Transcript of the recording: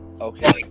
Okay